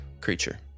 creature